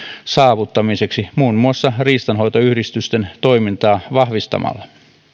saavuttamiseksi muun muassa riistanhoitoyhdistysten toimintaa vahvistamalla